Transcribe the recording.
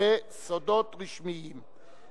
וסודות רשמיים.